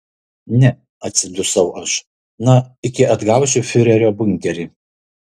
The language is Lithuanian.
ne atsidusau aš na iki atgausiu fiurerio bunkerį